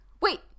wait